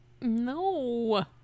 No